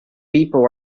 people